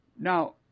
Now